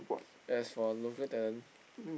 as for local talent